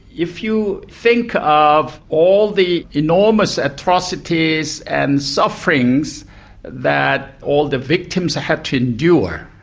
if you think of all the enormous atrocities and sufferings that all the victims had to endure,